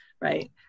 Right